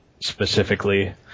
Specifically